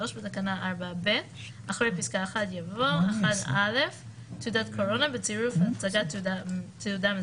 3 בתקנה 4. ב' אחרי פסקה 1 יבוא 1. א' תעודת קורונה בצירוף תעודה מזהה,